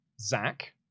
Zach